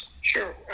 Sure